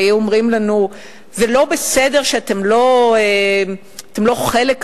והיו אומרים לנו: זה לא בסדר שאתם לא חלק מהאזור,